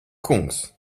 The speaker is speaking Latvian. kungs